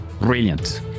Brilliant